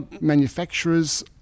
manufacturers